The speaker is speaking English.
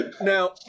Now